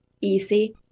easy